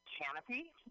Canopy